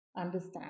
understand